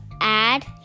add